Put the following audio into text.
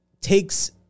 takes